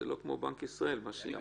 זה לא כמו בנק ישראל, מה שהיא אמרה.